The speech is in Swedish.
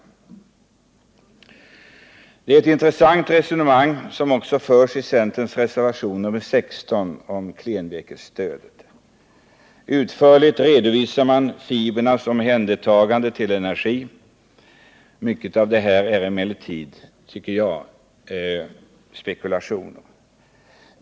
Det är ett intressant resonemang som förs i centerns reservation nr 16 om klenvirkesstöd. Utförligt redovisar man där fibrernas omhändertagande för omvandling till energi. Mycket av detta tycker jag emellertid är spekulationer.